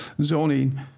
zoning